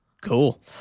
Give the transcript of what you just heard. cool